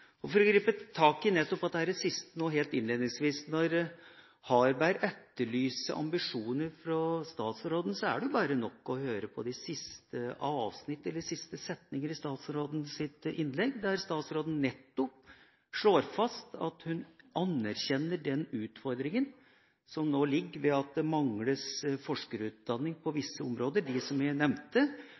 og teknologi. For å gripe tak i nettopp dette siste nå helt innledningsvis: Når Harberg etterlyser ambisjoner fra statsråden, er det jo bare å høre på de siste setninger i statsrådens innlegg, der statsråden nettopp slår fast at hun anerkjenner den utfordringa som nå ligger der ved at det mangler forskerutdanning på visse områder – dem jeg nevnte